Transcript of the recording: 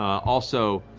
also,